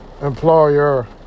employer